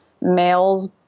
males